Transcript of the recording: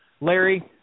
Larry